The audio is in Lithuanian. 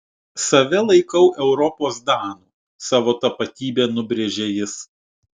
save laikau europos danu savo tapatybę nubrėžė jis